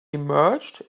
emerged